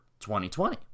2020